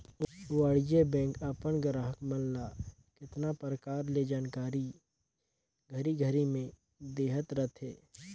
वाणिज्य बेंक अपन गराहक मन ल केतना परकार ले जरूरी जानकारी घरी घरी में देहत रथे